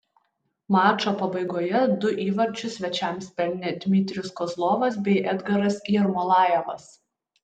mačo pabaigoje du įvarčius svečiams pelnė dmitrijus kozlovas bei edgaras jermolajevas